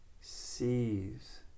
sees